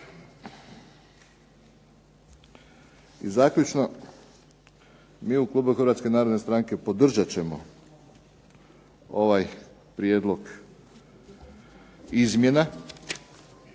I zaključno, mi u klubu Hrvatske narodne stranke podržat ćemo ovaj prijedlog izmjena